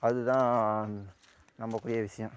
அதுதான் நம்பக்கூடிய விஷயம்